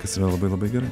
kas yra labai labai gerai